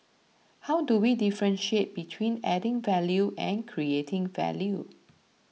how do we differentiate between adding value and creating value